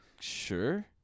sure